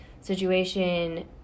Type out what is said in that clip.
situation